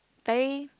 very